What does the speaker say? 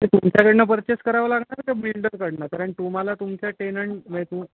ते तुमच्याकडून पर्चेस करावं लागणार का बिल्डरकडून कारण तुम्हाला तुमच्या टेनंट म्हणजे तू